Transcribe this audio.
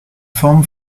forme